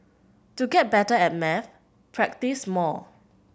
to get better at maths practise more